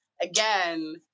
again